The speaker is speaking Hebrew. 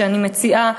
שאני מציעה,